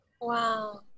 Wow